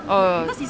oh